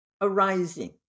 arising